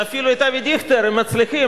שאפילו את אבי דיכטר הם מצליחים,